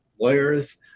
lawyers